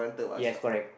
yes correct